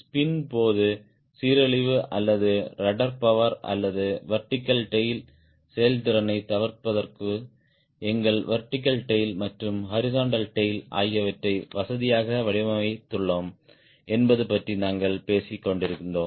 spin போது சீரழிவு அல்லது ரட்ட்ர் பவர் அல்லது வெர்டிகல் டேய்ல் செயல்திறனைத் தவிர்ப்பதற்கு எங்கள் வெர்டிகல் டேய்ல் மற்றும் ஹாரிஸ்ன்ட்டல் டேய்ல் ஆகியவற்றை வசதியாக வடிவமைத்துள்ளோம் என்பது பற்றி நாங்கள் பேசிக் கொண்டிருந்தோம்